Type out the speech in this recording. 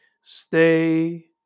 Stay